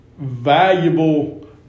valuable